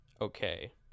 okay